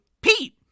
Pete